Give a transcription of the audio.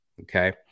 Okay